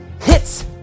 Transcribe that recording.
hits